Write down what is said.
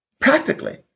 Practically